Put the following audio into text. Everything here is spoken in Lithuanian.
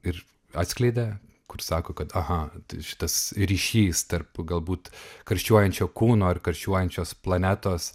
ir atskleidė kur sako kad aha šitas ryšys tarp galbūt karščiuojančio kūno ir karščiuojančios planetos